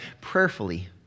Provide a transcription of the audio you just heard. prayerfully